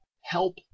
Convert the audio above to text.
help